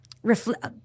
Reflect